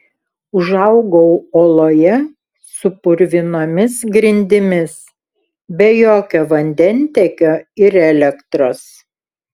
užaugau oloje su purvinomis grindimis be jokio vandentiekio ir elektros